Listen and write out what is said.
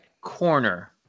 corner